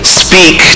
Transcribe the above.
speak